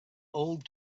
old